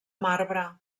marbre